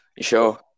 sure